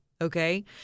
Okay